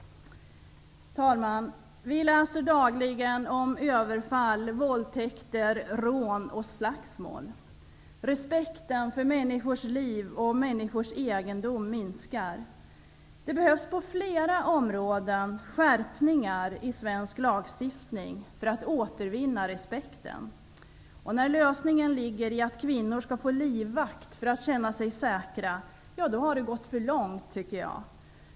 Herr talman! Vi läser dagligen om överfall, våldtäkter, rån och slagsmål. Respekten för människors liv och människors egendom minskar. Det behövs på flera områden skärpningar i svensk lagstiftning för att återvinna repekten. När lösningen ligger i att kvinnor skall få livvakt för att känna sig säkra har det gått för långt, tycker jag.